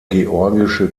georgische